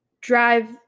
drive